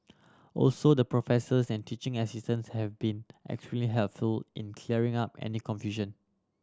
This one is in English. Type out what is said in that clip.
also the professors and teaching assistants have been extremely helpful in clearing up any confusion